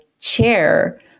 chair